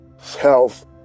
health